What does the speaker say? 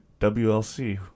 WLC